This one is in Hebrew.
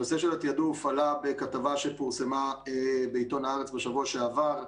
הנושא של התעדוף עלה בכתבה שפורסמה בעיתון הארץ בשבוע שעבר,